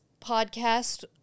podcast